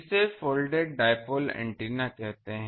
इसे folded dipole antenna कहते हैं